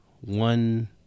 one